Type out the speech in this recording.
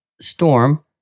storm